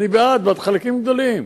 אני בעד חלקים גדולים,